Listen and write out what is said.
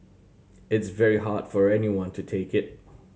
it's very hard for anyone to take it